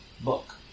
book